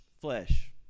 flesh